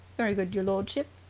very good, your lordship.